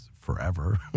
forever